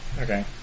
Okay